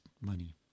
money